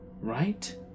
Right